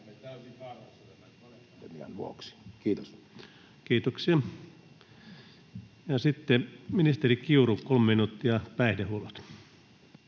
Kiitoksia. — Ja sitten ministeri Kiuru, 3 minuuttia, päihdehuollot.